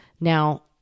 Now